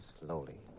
Slowly